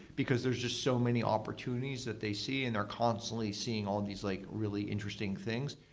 because there's just so many opportunities that they see and are constantly seeing all these like really interesting things.